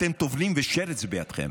אתם טובלים ושרץ בידכם.